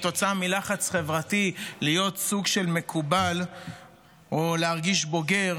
כתוצאה מלחץ חברתי להיות סוג של מקובל או להרגיש בוגר,